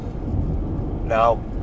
Now